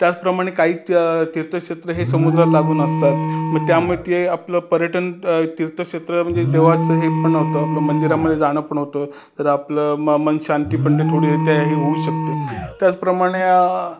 त्याचप्रमाणे काही त्या तीर्थक्षेत्र हे समुद्राला लागून असतात मग त्यामुळे ते आपलं पर्यटन तीर्थक्षेत्र म्हणजे देवाचं हे पण होतं आपलं मंदिरामध्ये जाणं पण होतं तर आपलं म मन शांती पण ते थोडी त्या हे होऊ शकते त्याचप्रमाणे